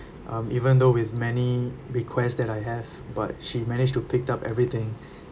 um even though with many request that I have but she managed to picked up everything